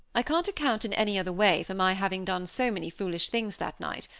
i can't account, in any other way, for my having done so many foolish things that night,